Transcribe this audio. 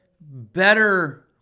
better